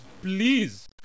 Please